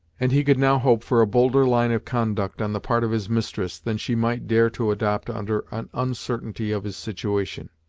and he could now hope for a bolder line of conduct on the part of his mistress than she might dare to adopt under an uncertainty of his situation.